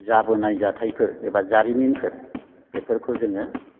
जाबोनाय जाथायफोर एबा जारिमिनफोर बेफोरखौ जोङो